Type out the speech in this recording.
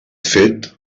fet